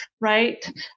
right